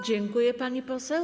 Dziękuję, pani poseł.